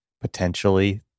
potentially